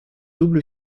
double